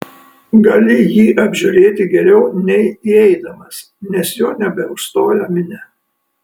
gali jį apžiūrėti geriau nei įeidamas nes jo nebeužstoja minia